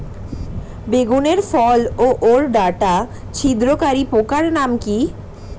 বেগুনের ফল ওর ডাটা ছিদ্রকারী পোকার নাম কি?